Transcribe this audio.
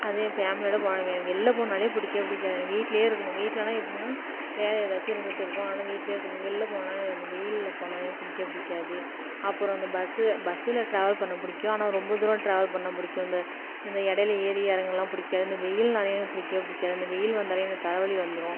அதே ஃபேமிலியோட போனா எனக்கு வெளில போணும்னாலே பிடிக்கவே பிடிக்காது எனக்கு வீட்லேயே இருக்கணும் வீட்லன்னா எப்புடின்னா வேலை எதாச்சும் இருந்துக்கிட்டு இருக்கும் அதனால் வீட்டிலே இருக்க பிடிக்கும் வெளில போணும்னா இந்த வெயில்ல போனால் எனக்கு பிடிக்கவே பிடிக்காது அப்புறம் இந்த பஸ்ஸில் பஸ்ஸில் ட்ராவல் பண்ண பிடிக்கும் ஆனால் ரொம்ப தூரம் ட்ராவல் பண்ண பிடிக்கும் இந்த இந்த இடையில ஏறி இறங்கறலாம் எனக்கு பிடிக்காது இந்த வெயில்னாலும் எனக்கு பிடிக்கவே பிடிக்காது இந்த வெயில் வந்தாலே எனக்கு தலைவலி வந்துடும்